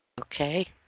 Okay